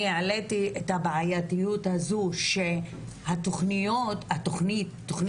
אני העליתי את הבעייתיות הזו שתכנית החומש,